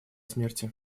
смерти